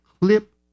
clip